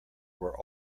were